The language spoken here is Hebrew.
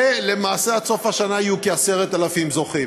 ולמעשה, עד סוף השנה יהיו כ-10,000 זוכים.